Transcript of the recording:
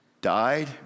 died